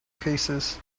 cases